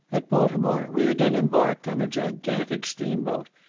at baltimore we again embarked on a gigantic steam-boat,